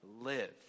live